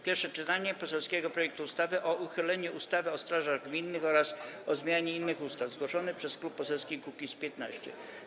Pierwsze czytanie poselskiego projektu ustawy o uchyleniu ustawy o strażach gminnych oraz o zmianie innych ustaw - zgłoszony przez Klub Poselski Kukiz’15.